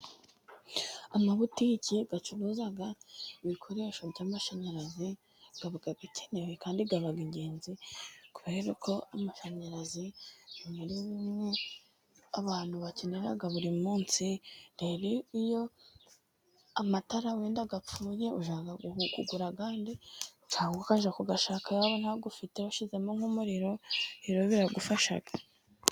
Amabutiki acuruza ibikoresho by'amashanyarazi, aba akenewe kandi aba ingenzi, kubera ko amashanyarazi ari bimwe abantu bakenera buri munsi, rero iyo amatara wenda apfuye ujya kugura ayandi, cyangwa ukajya kuyashaka yaba ntayo ufite washyizemo nk'umuriro rero biragufasha.